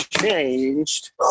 changed